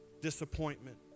disappointment